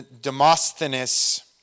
Demosthenes